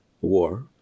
war